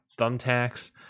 thumbtacks